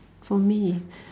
for me